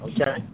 okay